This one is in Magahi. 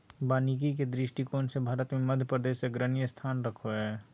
वानिकी के दृष्टिकोण से भारत मे मध्यप्रदेश अग्रणी स्थान रखो हय